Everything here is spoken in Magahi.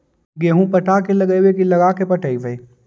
गेहूं पटा के लगइबै की लगा के पटइबै?